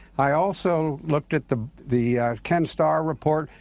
i also looked at the the ken starr report,